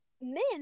men